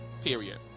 Period